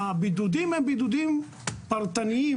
הבידודים הם בידודים פרטניים,